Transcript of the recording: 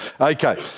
Okay